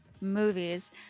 movies